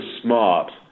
smart